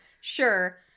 sure